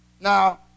Now